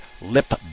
lip